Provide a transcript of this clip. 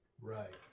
Right